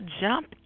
jump